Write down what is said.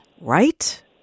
right